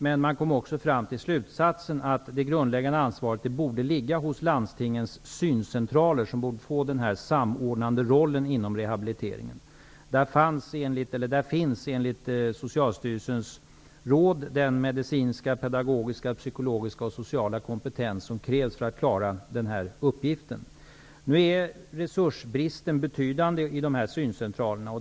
Men man kom också fram till slutsatsen att det grundläggande ansvaret borde ligga hos landstingens syncentraler som borde få denna samordnande rollen inom rehabiliteringen. Där finns enligt Socialstyrelsens råd den medicinska, pedagogiska, psykologiska och sociala kompetens som krävs för att klara denna uppgift. Resursbristen är emellertid betydande i dessa syncentraler.